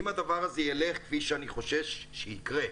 אם הדבר הזה ילך, כפי שאני חושש שיקרה,